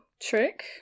Trick